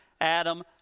Adam